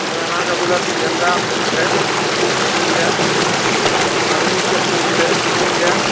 आओर अहाँके मिलत गेन्दा फूल छै ओ मिलि जाएत अड़हुलके फूल छै ओ मिलि जाएत